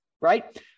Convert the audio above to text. right